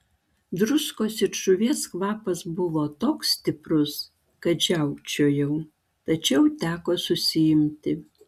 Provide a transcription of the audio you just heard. druskos ir žuvies kvapas buvo toks stiprus kad žiaukčiojau tačiau teko susiimti